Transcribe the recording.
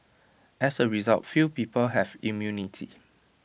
as A result few people have immunity